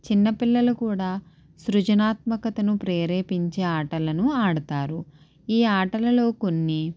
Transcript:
చిన్నపిల్లలు కూడా సృజనాత్మకతను ప్రేరేపించే ఆటలను ఆడతారు ఈ ఆటలలో కొన్ని